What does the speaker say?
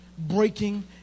breaking